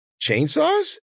Chainsaws